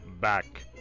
back